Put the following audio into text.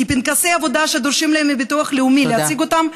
כי פנקסי העבודה שדרושים להם לביטוח לאומי כדי להציג אותם,